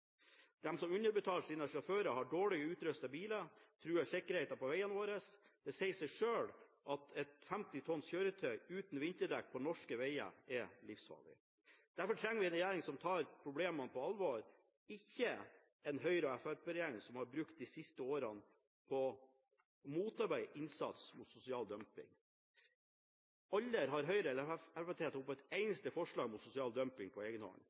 som underbetaler sine sjåfører og har dårlig utrustede bilder, truer sikkerheten på veiene våre. Det sier seg selv at et 50-tonns kjøretøy uten vinterdekk på norske veier er livsfarlig. Derfor trenger vi en regjering som tar problemene på alvor – ikke en Høyre–Fremskrittsparti-regjering som har brukt de siste årene på å motarbeide innsatsen mot sosial dumping. Aldri har Høyre eller Fremskrittspartiet tatt opp et eneste forslag mot sosial dumping på